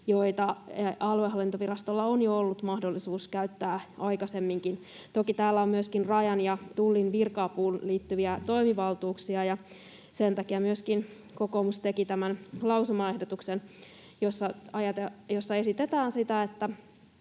joita aluehallintovirastoilla on jo ollut mahdollisuus käyttää aikaisemminkin. Toki täällä on myöskin Rajan ja Tullin virka-apuun liittyviä toimivaltuuksia, ja sen takia myöskin kokoomus teki tämän lausumaehdotuksen, jossa esitetään sitä, että